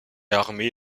armées